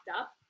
up